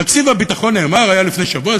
תקציב הביטחון, נאמר, היה לפני שבוע.